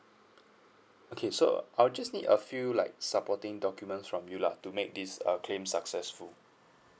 okay so I'll just need a few like supporting documents from you lah to make this uh claim successful